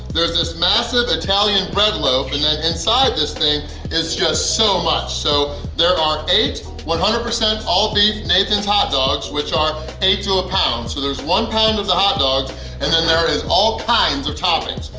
there's this massive italian bread loaf and then inside this thing is just so much! so there are eight one hundred percent all-beef nathan's hot hogs which are eight to a pound, so there's one pound of the hot dogs and then there is all kinds of toppings.